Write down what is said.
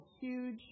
huge